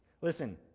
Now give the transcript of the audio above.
Listen